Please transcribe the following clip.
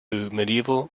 medieval